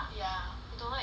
I don't like though